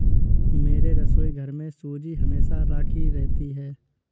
मेरे रसोईघर में सूजी हमेशा राखी रहती है